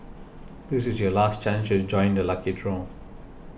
this is your last chance to join the lucky draw